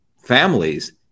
families